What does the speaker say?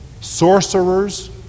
sorcerers